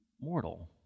mortal